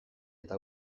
eta